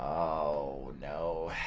all know